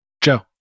Joe